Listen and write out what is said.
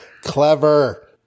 clever